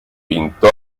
pintó